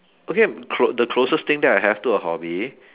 okay clo~ the closest thing that I have to a hobby